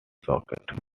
socket